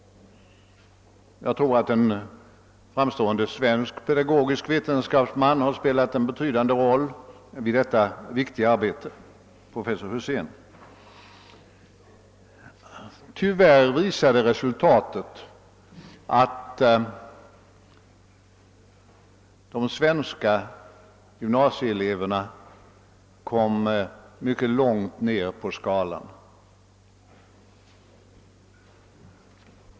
Jag tror att en framstående svensk pedagogisk vetenskapsman, professor Husén, har spelat en betydande roll vid detta viktiga arbete. Tyvärr visade resultatet att de svenska gymnasieeleverna kom mycket långt ned på skalan.